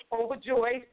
overjoyed